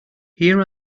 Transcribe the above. here